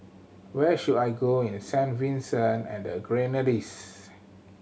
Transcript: where should I go in Saint Vincent and the Grenadines